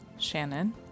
shannon